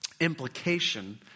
Implication